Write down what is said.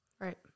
Right